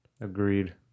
Agreed